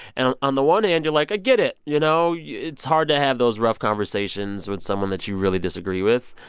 and on the one hand, you're like, i get it. you know, it's hard to have those rough conversations with someone that you really disagree with.